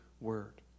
word